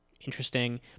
Interesting